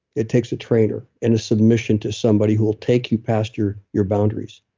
it takes a trainer, and a submission to somebody who will take you past your your boundaries.